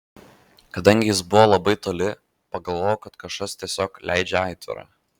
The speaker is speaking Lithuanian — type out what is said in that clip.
kadangi jis buvo labai toli pagalvojau kad kažkas tiesiog leidžia aitvarą